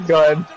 Good